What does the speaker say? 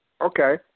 Okay